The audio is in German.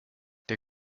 der